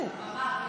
באמת?